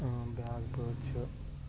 بیٛاکھ بٲتھ چھُ